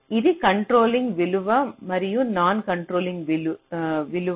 ఇది కంట్రోలింగ్ విలువ మరియు నాన్ కంట్రోలింగ్ విలువ మించిన భావన